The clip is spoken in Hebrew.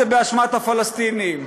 זה באשמת הפלסטינים,